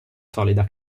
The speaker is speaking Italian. solida